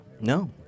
No